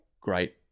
great